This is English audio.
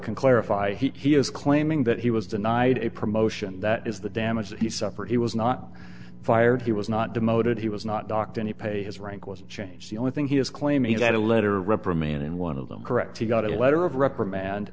can clarify he is claiming that he was denied a promotion that is the damage that he suffered he was not fired he was not demoted he was not docked any pay his rank was changed the only thing he is claiming is that a letter of reprimand in one of them correct he got a letter of reprimand